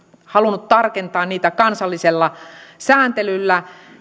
halunnut tarkentaa niitä kansallisella sääntelyllä